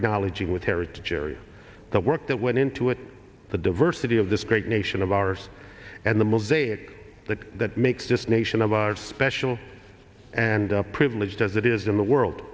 knowledging with heritage area the work that went into it the diversity of this great nation of ours and the mosaic that that made this nation of ours special and privileged as it is in the world